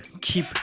keep